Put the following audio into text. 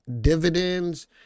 Dividends